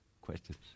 questions